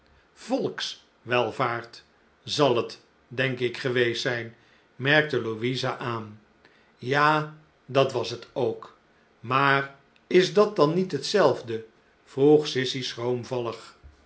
volkswelvaart zal het denk ik geweest zijn merkte louisa aan ja dat was bet ook maar is dat dan niet hetzelfde